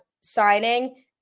signing